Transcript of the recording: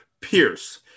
Pierce